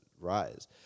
rise